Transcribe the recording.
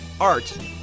Art